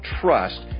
trust